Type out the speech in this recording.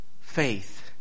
faith